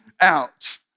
out